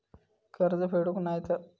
कर्ज फेडूक नाय तर?